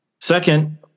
Second